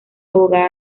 abogada